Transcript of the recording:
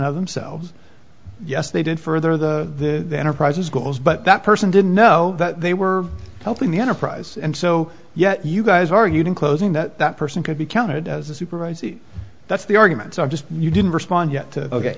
and of themselves yes they did further the enterprise's goals but that person didn't know that they were helping the enterprise and so yet you guys argued in closing that that person could be counted as a supervisor that's the arguments are just you didn't respond yet